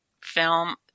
film